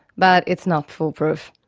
but it's not foolproof.